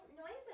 noises